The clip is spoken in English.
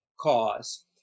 cause